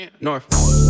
North